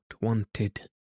wanted